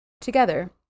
together